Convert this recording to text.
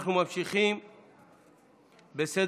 אנחנו ממשיכים בסדר-היום,